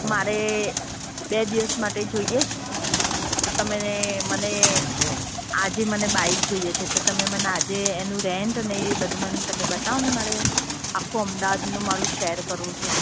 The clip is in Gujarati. મારે બે દિવસ માટે જોઈએ છે તો તમે ને મને આજે મને બાઈક જોઈએ છે તો તમે મને આજે એનું રેન્ટ ને એ બધું મને તમે બતાવો ને મારે આખું અમદાવાદનું મારું સૈર કરવું છે